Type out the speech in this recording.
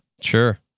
Sure